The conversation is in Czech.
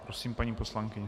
Prosím, paní poslankyně.